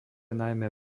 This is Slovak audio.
najmä